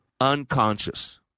unconscious